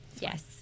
yes